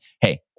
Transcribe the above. hey